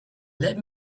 let